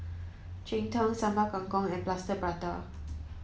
Cheng Tng Sambal Kangkong and Plaster Prata